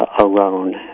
alone